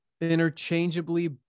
interchangeably